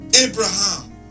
Abraham